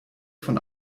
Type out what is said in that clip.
von